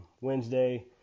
Wednesday